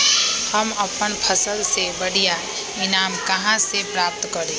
हम अपन फसल से बढ़िया ईनाम कहाँ से प्राप्त करी?